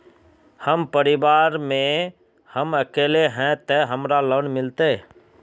हम परिवार में हम अकेले है ते हमरा लोन मिलते?